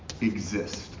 exist